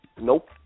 Nope